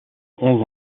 onze